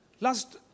Last